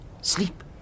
Sleep